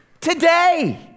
today